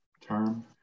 term